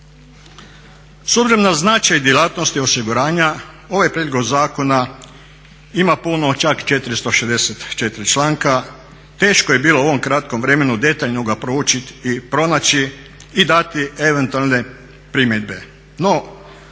S obzirom na značaj djelatnosti osiguranja ovaj prijedlog zakona ima puno, čak 464. članka. Teško je bilo u ovom kratkom vremenu detaljno ga proučiti i pronaći i dati eventualne primjedbe